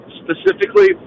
specifically